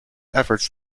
efforts